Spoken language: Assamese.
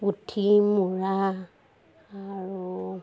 পুঠি মোৰা আৰু